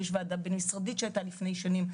יש את הוועדה הבין-משרדית שהייתה לפני שנים.